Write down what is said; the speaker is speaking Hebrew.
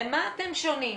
במה אתם שונים'.